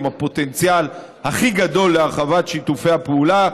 הפוטנציאל הכי גדול להרחבת שיתופי הפעולה.